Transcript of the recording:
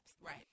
Right